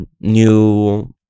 new